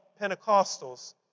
Pentecostals